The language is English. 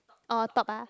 orh top ah